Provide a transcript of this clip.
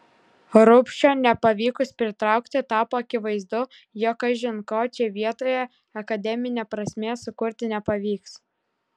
rubšio nepavykus pritraukti tapo akivaizdu jog kažin ko čia vietoje akademine prasme sukurti nepavyks